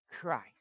Christ